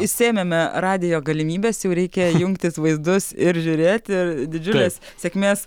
išsėmėme radijo galimybes jau reikia jungtis vaizdus ir žiūrėti didžiulės sėkmės